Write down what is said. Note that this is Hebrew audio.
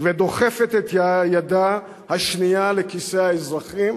ודוחפת את ידה השנייה לכיסי האזרחים